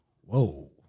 whoa